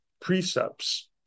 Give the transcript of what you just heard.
precepts